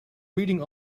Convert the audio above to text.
reading